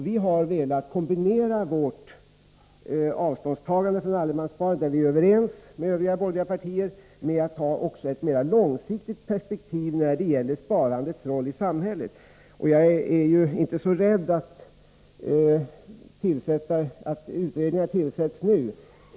Vi har velat kombinera vårt avståndstagande från allemanssparandet, där vi ju är överens med övriga borgerliga partier, med ett ställningstagande till sparandet i samhället i ett mer långsiktigt perspektiv. Jag hyser ingen oro för att utredningar tillsätts nu.